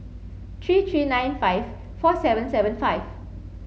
three three nine five four seven seven five